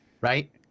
right